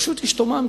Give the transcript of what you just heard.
פשוט השתוממתי,